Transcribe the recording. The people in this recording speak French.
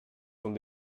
sont